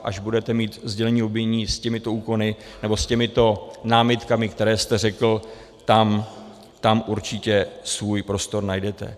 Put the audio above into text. Až budete mít sdělení obvinění s těmito úkony, nebo s těmito námitkami, které jste řekl, tam určitě svůj prostor najdete.